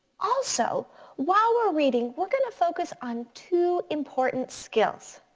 also while we're reading we're gonna focus on two important skills.